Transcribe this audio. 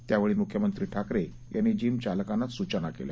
त्यावेळी मुख्यमंत्री ठाकरे यांनी जिम चालकांना सूचना केल्या